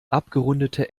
abgerundete